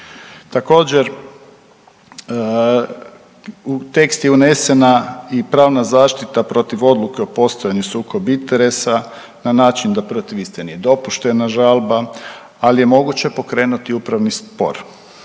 Također u tekst je unesena i pravna zaštita protiv odluke o postojanju sukob interesa na način da protiv iste nije dopuštena žalba, ali je moguće pokrenuti upravni spor